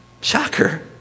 Shocker